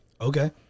okay